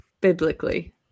biblically